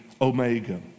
Omega